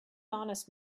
honest